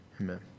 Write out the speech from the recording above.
Amen